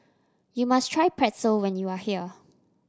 you must try Pretzel when you are here